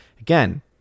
Again